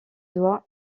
doigt